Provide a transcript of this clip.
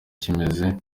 kimeze